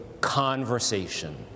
conversation